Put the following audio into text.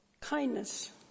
kindness